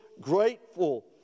grateful